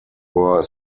were